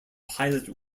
pilot